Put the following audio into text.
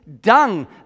dung